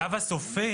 בשלב הסופי